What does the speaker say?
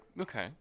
Okay